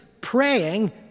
praying